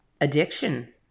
addiction